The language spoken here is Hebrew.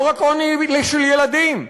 לא רק עוני של ילדים: